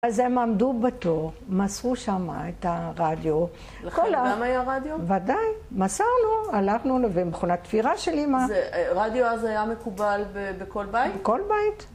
אז הם עמדו בתור, מסרו שמה את הרדיו לכם גם היה רדיו? ודאי, מסרנו, הלכנו להביא מכונת תפירה של אמא, הרדיו אז היה מקובל בכל בית? בכל בית